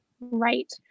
right